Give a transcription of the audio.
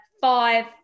five